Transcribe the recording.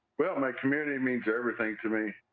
well, my community means everything to me.